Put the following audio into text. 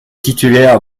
titulaire